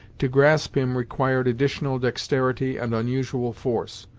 to grasp him required additional dexterity and unusual force.